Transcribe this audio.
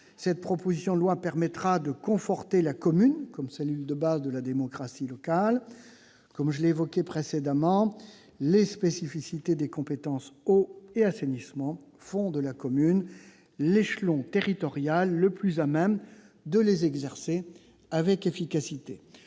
cette proposition de loi permettra de conforter la commune comme cellule de base de la démocratie locale. Comme je l'ai indiqué précédemment, les spécificités des compétences « eau » et « assainissement » font de la commune l'échelon territorial le plus à même de les exercer avec efficacité.